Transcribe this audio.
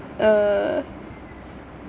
uh